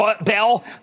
bell